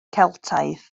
celtaidd